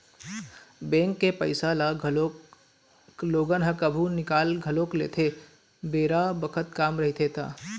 bank के पइसा ल लोगन ह कभु निकाल घलोक लेथे बेरा बखत काम रहिथे ता